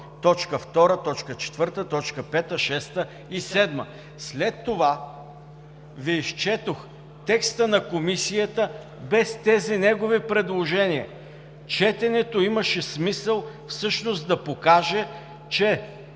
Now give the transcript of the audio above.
2, т. 4, т. 5, 6 и 7. След това Ви изчетох текста на Комисията без тези негови предложения. Четенето имаше смисъл всъщност да покаже, че